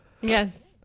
Yes